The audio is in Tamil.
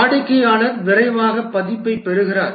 வாடிக்கையாளர் விரைவாக பதிப்பைப் பெறுகிறார்